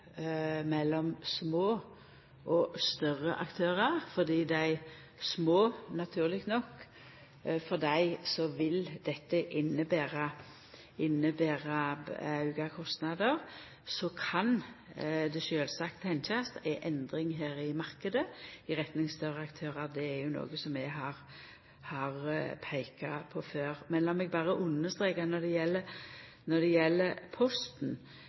mellom små og større aktørar, fordi det for dei små naturleg nok vil innebera auka kostnader. Så kan det sjølvsagt tenkjast ei endring i marknaden i retning av større aktørar – det er jo noko som eg har peika på før. Men lat meg berre understreka når det gjeld